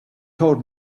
told